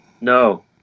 No